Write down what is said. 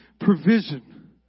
provision